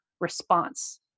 response